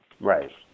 Right